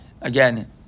again